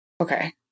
Okay